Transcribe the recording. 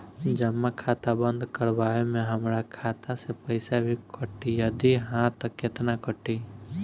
जमा खाता बंद करवावे मे हमरा खाता से पईसा भी कटी यदि हा त केतना कटी?